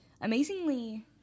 amazingly